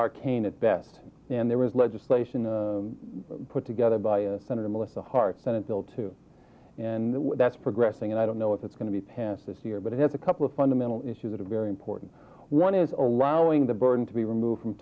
arcane at best and there was legislation put together by senator melissa hart senate bill two and that's progressing and i don't know if it's going to be passed this year but it has a couple of fundamental issues that are very important one is allowing the burden to be removed from